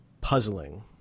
puzzling